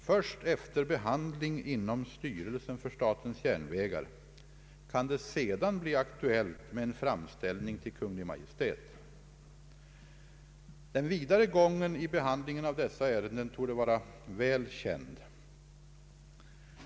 Först efter behandlingen inom styrelsen för statens järnvägar kan det sedan bli aktuellt med en framställning till Kungl. Maj:t. Den vidare gången i behandlingen av dessa ärenden torde vara väl känd.